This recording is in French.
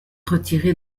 retiré